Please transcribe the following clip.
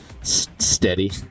steady